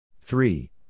Three